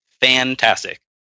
fantastic